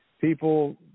people